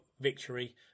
victory